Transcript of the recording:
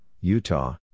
Utah